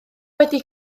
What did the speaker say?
wedi